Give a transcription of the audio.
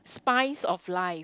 spice of life